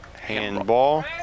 handball